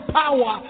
power